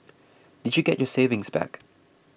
did you get your savings back